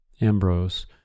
Ambrose